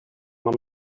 mam